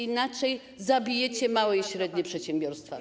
Inaczej zabijecie małe i średnie przedsiębiorstwa.